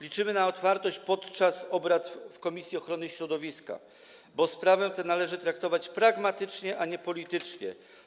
Liczymy na otwartość podczas obrad w ramach komisji ochrony środowiska, bo sprawę tę należy traktować pragmatycznie, a nie politycznie.